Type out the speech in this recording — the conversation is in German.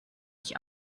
ich